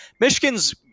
Michigan's